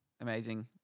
amazing